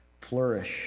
flourish